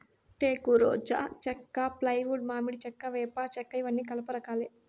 టేకు, రోజా చెక్క, ఫ్లైవుడ్, మామిడి చెక్క, వేప చెక్కఇవన్నీ కలప రకాలే